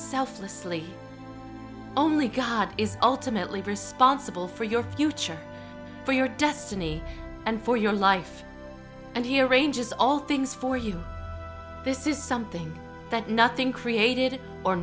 selflessly only god is ultimately responsible for your future for your destiny and for your life and here ranges all things for you this is something that nothing created or